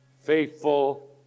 faithful